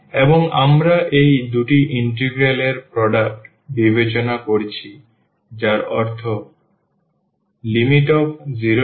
এবং আমরা এই দুটি ইন্টিগ্রাল এর প্রোডাক্ট বিবেচনা করি যার অর্থ 0e x2dx0e y2dy